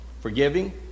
Forgiving